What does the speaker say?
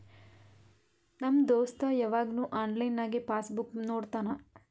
ನಮ್ ದೋಸ್ತ ಯವಾಗ್ನು ಆನ್ಲೈನ್ನಾಗೆ ಪಾಸ್ ಬುಕ್ ನೋಡ್ತಾನ